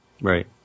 Right